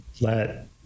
let